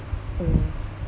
mm